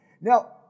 Now